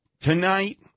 Tonight